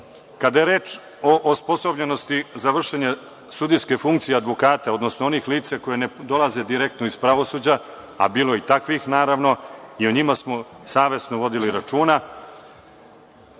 je reč o osposobljenosti za vršenje sudijske funkcije advokata, odnosno onih lica koja ne dolaze direktno iz pravosuđa, a bilo je i takvih naravno i o njima smo savesno vodili računa,